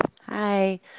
Hi